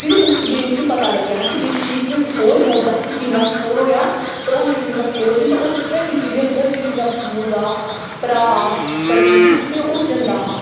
फिर उस दिन उसी पता लग्गेआ हा कि जिस चीज गी ओह् स्कोर बोलदा हा कि किन्ना स्कोर होएआ पर ओह् इक किसम दा स्कोर नेईं होंदा उत्थै किसे दे मतलब किसे दा मुड़ा भ्राऽ पति किसे दा ओह् जंदा हा